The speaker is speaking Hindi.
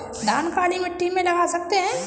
धान काली मिट्टी में लगा सकते हैं?